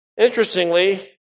Interestingly